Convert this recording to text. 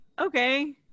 Okay